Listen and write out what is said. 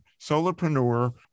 solopreneur